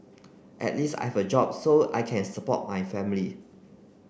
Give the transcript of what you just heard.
at least I have a job so I can support my family